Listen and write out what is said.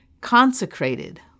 consecrated